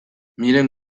miren